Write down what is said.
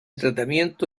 tratamiento